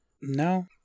No